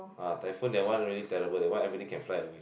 ah typhoon that one really terrible that one everything can fly away